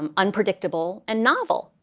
um unpredictable, and novel.